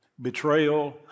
betrayal